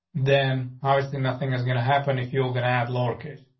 then obviously nothing is gonna happen if you're gonna add lower case,